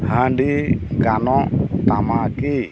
ᱦᱟᱺᱰᱤ ᱜᱟᱱᱚᱜ ᱛᱟᱢᱟ ᱠᱤ